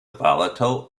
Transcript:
volatile